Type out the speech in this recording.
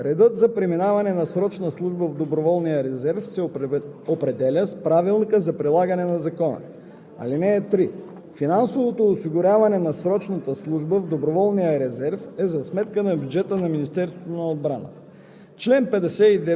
Чл. 59. (1) Срочна служба в доброволния резерв се изпълнява от резервиста за срок до 6 месеца. (2) Редът за преминаване на срочната служба в доброволния резерв се определя с правилника за прилагане на закона.